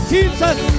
Jesus